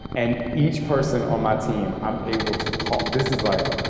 and each person on my team, i'm able to call. this is like,